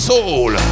Soul